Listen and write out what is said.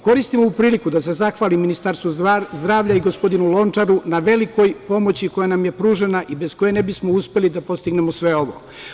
Koristim ovu priliku da se zahvalim Ministarstvu zdravlja i gospodinu Lončaru na velikoj pomoći koja nam je pružena i bez koje ne bismo uspeli da postignemo sve ovo.